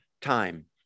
time